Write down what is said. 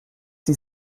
sie